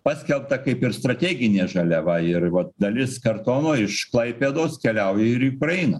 paskelbta kaip ir strateginė žaliava ir vat dalis kartono iš klaipėdos keliauja ir į ukrainą